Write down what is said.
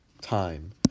time